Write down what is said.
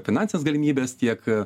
finansines galimybes tiek